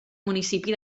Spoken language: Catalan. municipi